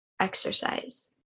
exercise